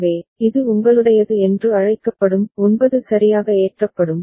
எனவே இது உங்களுடையது என்று அழைக்கப்படும் 9 சரியாக ஏற்றப்படும்